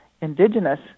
indigenous